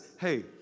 Hey